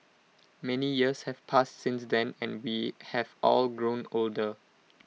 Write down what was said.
many years have passed since then and we have all grown older